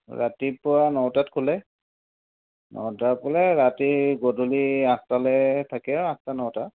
ৰাতিপুৱা নটাত খোলে নটাত খোলে ৰাতি গধূলি আঠটালে থাকে আঠটা নটা